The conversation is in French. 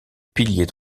pilier